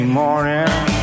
morning